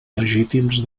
legítims